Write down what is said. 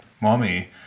Mommy